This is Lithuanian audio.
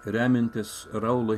remiantis raulo